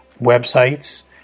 websites